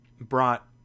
brought